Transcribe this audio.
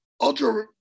ultra